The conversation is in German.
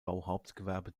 bauhauptgewerbe